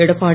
Edappadi